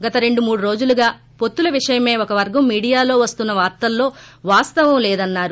గత రెండు మూడు రోజులుగా పొత్తుల విషయమై ఒక వర్గం మీడియాలో వస్తున్న వార్తల్లో వాస్తవం లేదన్నారు